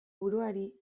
buruari